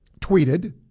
tweeted